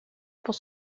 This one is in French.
pour